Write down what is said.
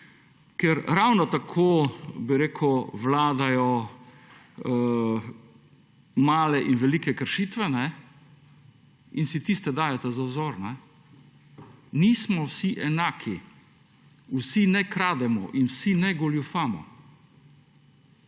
kjer ravno tako, bi rekel, vladajo male in velike kršitve, in si tiste dajete za vzor. Nismo vsi enaki. Vsi ne krademo in vsi ne goljufamo.